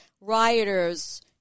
rioters